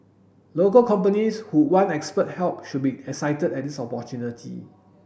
local companies who want expert help should be excited at this opportunity